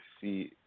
see